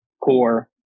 core